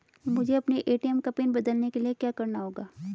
मुझे अपने ए.टी.एम का पिन बदलने के लिए क्या करना होगा?